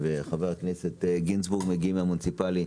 וחבר הכנסת גינזבורג מגיעים מהתחום המוניציפלי.